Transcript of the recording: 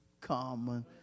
common